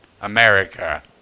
America